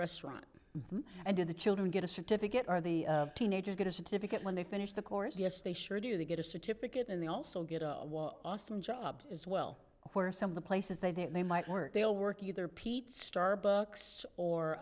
restaurant and do the children get a certificate or the teenagers get a certificate when they finish the course yes they sure do they get a certificate and they also get a job as well where some of the places they might work they'll work either pete starbucks or